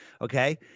okay